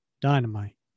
Dynamite